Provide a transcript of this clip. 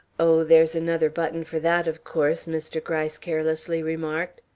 oh, there's another button for that, of course, mr. gryce carelessly remarked.